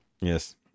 yes